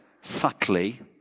subtly